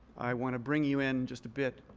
i want to bring you in just a bit,